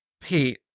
Pete